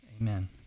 Amen